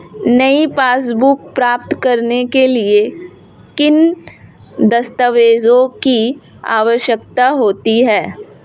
नई पासबुक प्राप्त करने के लिए किन दस्तावेज़ों की आवश्यकता होती है?